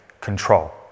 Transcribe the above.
control